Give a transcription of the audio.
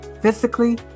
physically